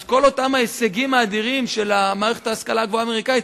אז כל אותם ההישגים האדירים של מערכת ההשכלה הגבוהה האמריקנית,